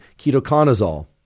ketoconazole